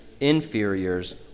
inferiors